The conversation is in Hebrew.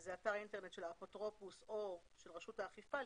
זה אתר האינטרנט של האפוטרופוס או של רשות האכיפה,